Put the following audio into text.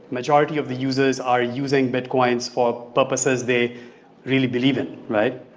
majority of the users are using bit coins for purposes they really believe in right?